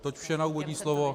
Toť vše na úvodní slovo.